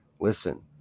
listen